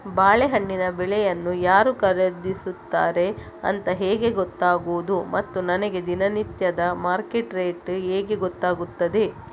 ಬಾಳೆಹಣ್ಣಿನ ಬೆಳೆಯನ್ನು ಯಾರು ಖರೀದಿಸುತ್ತಾರೆ ಅಂತ ಹೇಗೆ ಗೊತ್ತಾಗುವುದು ಮತ್ತು ನನಗೆ ದಿನನಿತ್ಯದ ಮಾರ್ಕೆಟ್ ರೇಟ್ ಹೇಗೆ ಗೊತ್ತಾಗುತ್ತದೆ?